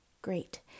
Great